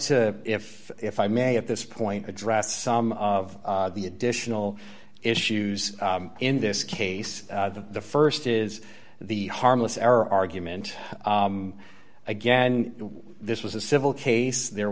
to if if i may at this point address some of the additional issues in this case the st is the harmless error argument again this was a civil case there